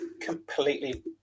completely